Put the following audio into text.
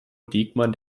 diekmann